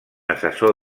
assessor